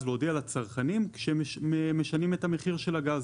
להודיע לצרכנים שהם משנים את המחיר של הגז.